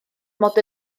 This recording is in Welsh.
mod